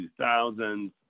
2000s